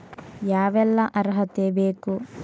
ಯಾವೆಲ್ಲ ಅರ್ಹತೆ ಬೇಕು?